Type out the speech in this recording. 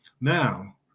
Now